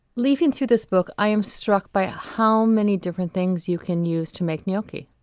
leafing through this book, i am struck by how many different things you can use to make gnocchi.